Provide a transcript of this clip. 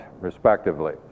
respectively